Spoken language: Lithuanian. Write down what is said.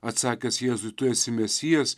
atsakęs jėzui tu esi mesijas